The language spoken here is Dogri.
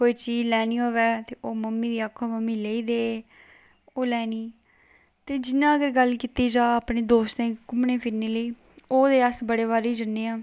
कोई चीज लैनी होवै ते ओह् मम्मी गी आक्खो मम्मी लेई दे ओह् लैनी ते जि'यां अगर गल्ल कीती जा अपने दोस्तें दी घूमने फिरने लेई ओह् ते अस बड़े बारी जन्ने आं